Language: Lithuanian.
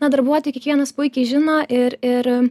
na darbuotojai kiekvienas puikiai žino ir ir